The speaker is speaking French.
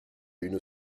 une